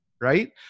Right